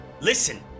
Listen